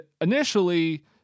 initially